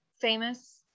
famous